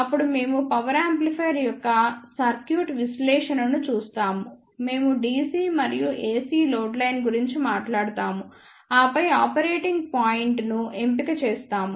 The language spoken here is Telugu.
అప్పుడు మేము పవర్ యాంప్లిఫైయర్ యొక్క సర్క్యూట్ విశ్లేషణను చూస్తాము మేము DC మరియు AC లోడ్ లైన్ గురించి మాట్లాడుతాము ఆపై ఆపరేటింగ్ పాయింట్ ను ఎంపిక చేస్తాము